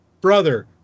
brother